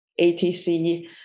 ATC